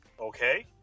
okay